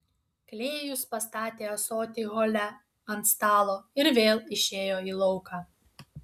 klėjus pastatė ąsotį hole ant stalo ir vėl išėjo į lauką